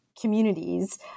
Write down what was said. communities